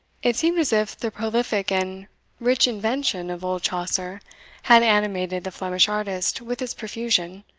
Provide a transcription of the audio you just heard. it seemed as if the prolific and rich invention of old chaucer had animated the flemish artist with its profusion,